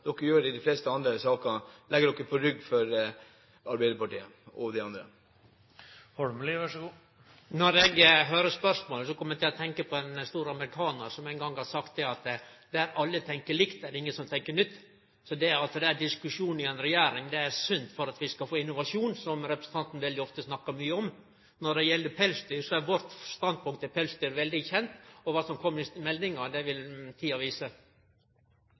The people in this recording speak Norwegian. dere gjøre som dere gjør i de fleste andre saker, å legge dere på rygg for Arbeiderpartiet og de andre? Når eg høyrer spørsmålet, kjem eg til å tenkje på ein stor amerikanar som ein gong har sagt at der alle tenkjer likt, er det ingen som tenkjer nytt. Så det at det er diskusjon i ei regjering, er sunt for at vi skal få innovasjon, som representanten veldig ofte snakkar mykje om. Når det gjeld pelsdyr, er vårt standpunkt veldig kjent, og kva som kjem i meldinga, vil tida vise.